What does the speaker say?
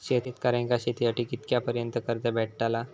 शेतकऱ्यांका शेतीसाठी कितक्या पर्यंत कर्ज भेटताला?